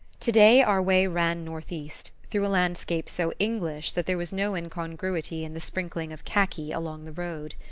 today our way ran northeast, through a landscape so english that there was no incongruity in the sprinkling of khaki along the road.